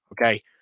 Okay